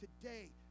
today